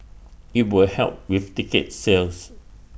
IT will help with ticket sales